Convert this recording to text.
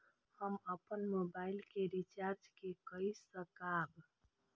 हम अपन मोबाइल के रिचार्ज के कई सकाब?